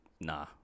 nah